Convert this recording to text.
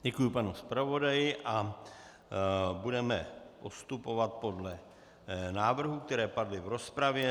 Děkuji panu zpravodaji a budeme postupovat podle návrhů, které padly v rozpravě.